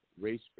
race